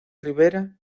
rivera